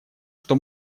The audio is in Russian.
что